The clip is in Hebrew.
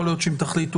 יכול להיות שאם תחליטו,